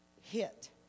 hit